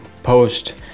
post